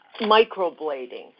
microblading